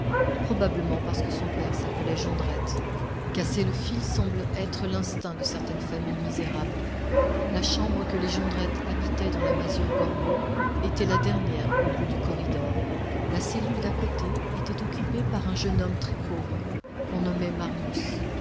probablement parce que son père s'appelait jondrette casser le fil semble être l'instinct de certaines familles misérables la chambre que les jondrette habitaient dans la masure gorbeau était la dernière au bout du corridor la cellule d'à côté était occupée par un jeune homme très pauvre qu'on nommait marius